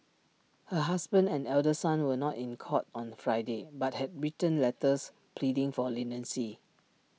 her husband and elder son were not in court on Friday but had written letters pleading for leniency